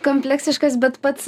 kompleksiškas bet pats